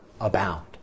abound